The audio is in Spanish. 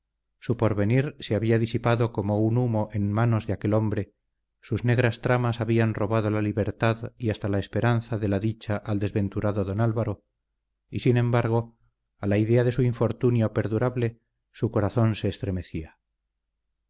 su porvenir se había disipado como un humo en manos de aquel hombre sus negras tramas habían robado la libertad y hasta la esperanza de la dicha al desventurado don álvaro y sin embargo a la idea de su infortunio perdurable su corazón se estremecía